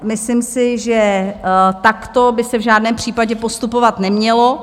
Myslím si, že takto by se v žádném případě postupovat nemělo.